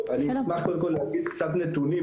אני אשמח קודם כל להגיד קצת נתונים,